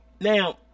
Now